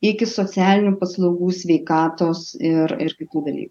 iki socialinių paslaugų sveikatos ir ir kitų dalykų